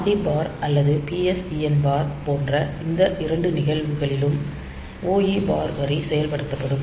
RD பார் அல்லது PSEN பார் போன்ற இந்த இரண்டு நிகழ்வுகளிலும் OE பார் வரி செயல்படுத்தப்படும்